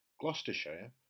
Gloucestershire